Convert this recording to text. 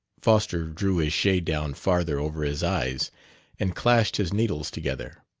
foster drew his shade down farther over his eyes and clashed his needles together.